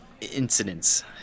incidents